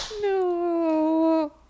No